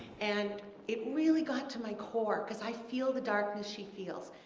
and it really got to my core, because i feel the darkness she feels.